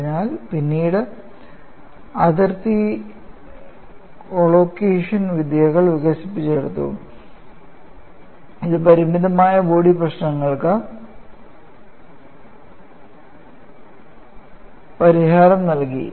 അതിനാൽ പിന്നീട് അതിർത്തി കൊളോകേഷൻ വിദ്യകൾ വികസിപ്പിച്ചെടുത്തു ഇത് ഫൈനൈറ്റ് ബോഡി പ്രശ്നങ്ങൾക്ക് പരിഹാരം നൽകി